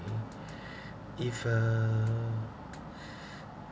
if uh